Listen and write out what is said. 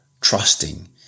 trusting